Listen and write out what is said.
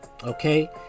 Okay